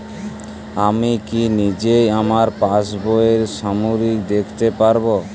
আমি কি নিজেই আমার পাসবইয়ের সামারি দেখতে পারব?